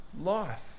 life